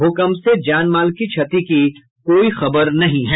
भूकम्प से जान माल की क्षति की कोई खबर नहीं है